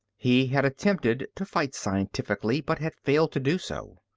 he had attempted to fight scientifically, but had failed to do so.